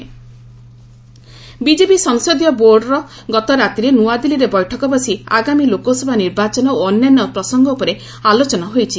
BJP meet BJP ସଂସଦୀୟ ବୋର୍ଡ଼ର ଗତ ରାତିରେ ନୂଆଦିଲ୍ଲୀରେ ବୈଠକ ବସି ଆଗାମୀ ଲୋକସଭା ନିର୍ବାଚନ ଓ ଅନ୍ୟାନ୍ୟ ପ୍ରସଙ୍ଗ ଉପରେ ଆଲୋଚନା ହୋଇଛି